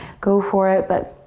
go for it. but